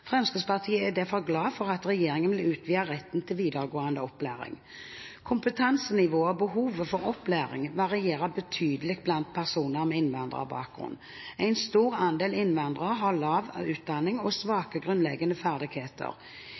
Fremskrittspartiet er derfor glad for at regjeringen vil utvide retten til videregående opplæring. Kompetansenivået og behovet for opplæring varierer betydelig blant personer med innvandrerbakgrunn. En stor andel innvandrere har lav utdanning og svake grunnleggende ferdigheter.